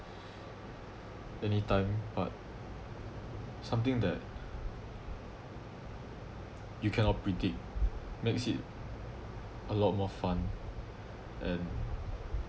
anytime but something that you cannot predict makes it a lot more fun and